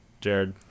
jared